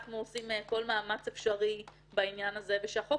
אנחנו עושים כל מאמץ אפשרי בעניין הזה ושהחוק